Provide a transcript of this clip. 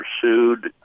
pursued